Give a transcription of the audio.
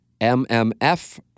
MMF